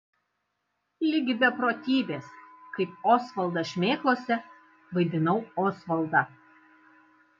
ligi beprotybės kaip osvaldas šmėklose vaidinau osvaldą